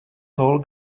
tall